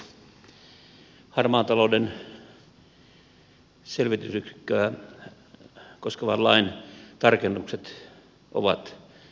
harmaan talouden selvitysyksikköä koskevan lain tarkennukset ovat perusteltuja